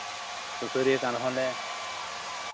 ᱥᱩᱥᱟᱹᱨᱤᱭᱟᱹ ᱠᱟᱱ ᱨᱮᱦᱚᱸ ᱞᱮ